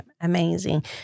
Amazing